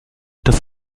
dass